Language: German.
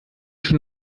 schon